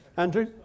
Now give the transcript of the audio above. Andrew